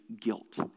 guilt